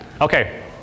Okay